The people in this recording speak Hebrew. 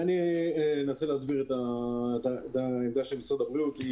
אנסה להסביר את העמדה של משרד הבריאות.